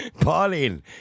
Pauline